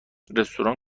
رستوران